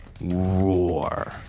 roar